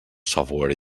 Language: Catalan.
software